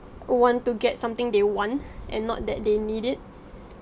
want to get something they want and not that they need it